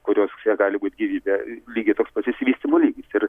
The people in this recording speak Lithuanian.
kuriose gali būt gyvybė lygiai toks pat išsivystymo lygis ir